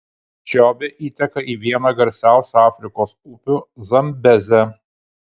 čobė įteka į vieną garsiausių afrikos upių zambezę